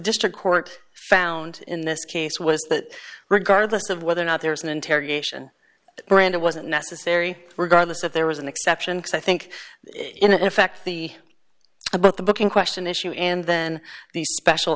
district court found in this case was that regardless of whether or not there was an interrogation brand it wasn't necessary regardless if there was an exception i think in effect the about the book in question issue and then the special